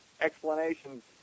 explanations